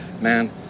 man